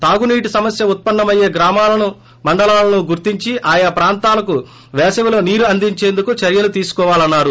తాగునీటి సమస్య ఉత్పన్నమయ్యే గ్రామాలను మండలాలను గుర్తించి ఆయా ప్రాంతాలకు పేసవిలో నీరు అందించేందుకు చర్యలు తీసుకోవాలన్నారు